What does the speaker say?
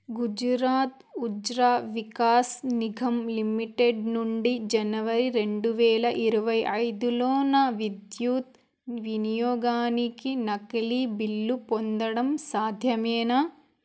Gujarat Urja Vikas Nigam limited నుండి జనవరి రెండు వేల ఇరవై ఐదులో నా విద్యుత్ వినియోగానికి నకిలీ బిల్లు పొందడం సాధ్యమేనా